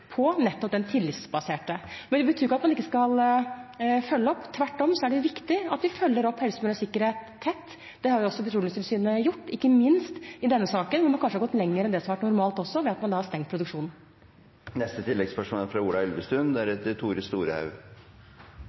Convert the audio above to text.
på – den tillitsbaserte måten. Det betyr ikke at man ikke skal følge opp. Tvert imot er det viktig at de følger opp helse, miljø og sikkerhet tett. Det har også Petroleumstilsynet gjort, ikke minst i denne saken, hvor man kanskje har gått lenger enn det som har vært normalt også, ved at man har stengt produksjonen. Ola Elvestuen – til oppfølgingsspørsmål. Goliat-utbyggingen er